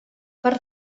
per